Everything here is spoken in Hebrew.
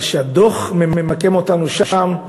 אבל זה שהדוח ממקם אותנו שם,